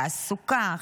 תעסוקה,